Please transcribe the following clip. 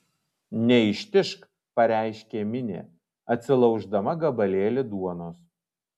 neištižk pareiškė minė atsilauždama gabalėlį duonos